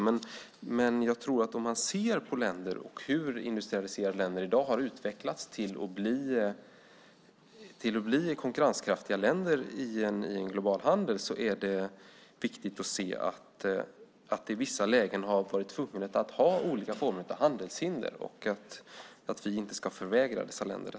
Om man ser på hur industrialiserade länder har utvecklats till att bli konkurrenskraftiga länder i en global handel har det i vissa lägen varit nödvändigt med vissa former av handelshinder. Vi ska inte förvägra de länderna det.